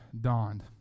dawned